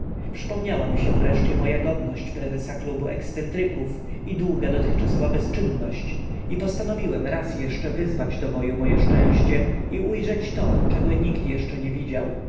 przypomniała mi się wreszcie moja godność prezesa klubu ekscentryków i długa dotychczasowa bezczynność i postanowiłem raz jeszcze wyzwać do boju moje szczęście i ujrzeć to czego nikt jeszcze nie widział